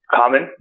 common